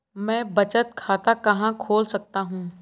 मैं बचत खाता कहाँ खोल सकता हूँ?